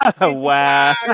Wow